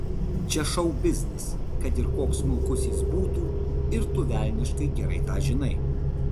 čia šou biznis kad ir koks smulkus jis būtų ir tu velniškai gerai tą žinai